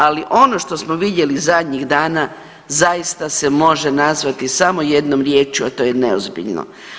Ali ono što smo vidjeli zadnjih dana zaista se može nazvati samo jednom riječju, a to je neozbiljno.